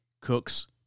Cook's